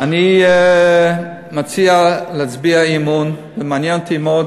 אני מציע להצביע אי-אמון, ומעניין אותי מאוד